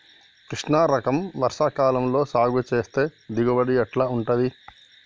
కృష్ణ రకం వర్ష కాలం లో సాగు చేస్తే దిగుబడి ఎట్లా ఉంటది?